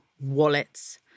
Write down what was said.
wallets